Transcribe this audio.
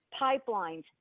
pipelines